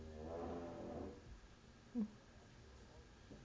mm